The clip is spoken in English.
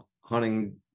hunting